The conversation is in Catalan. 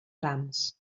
trams